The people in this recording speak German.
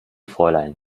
fräulein